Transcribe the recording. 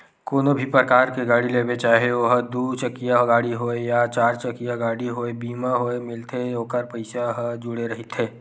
कोनो भी परकार के गाड़ी लेबे चाहे ओहा दू चकिया गाड़ी होवय या चरचकिया होवय बीमा होय मिलथे ओखर पइसा ह जुड़े रहिथे